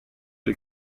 del